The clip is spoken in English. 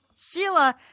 Sheila